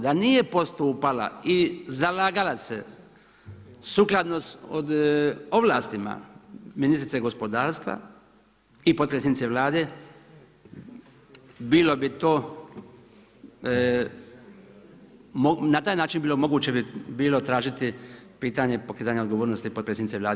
Da nije postupala i zalagala se sukladno ovlastima ministrice gospodarstva i potpredsjednice Vlade bilo bi to, na taj način bilo moguće bi bilo tražiti pitanje pokretanja odgovornosti potpredsjednice Vlade.